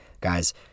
Guys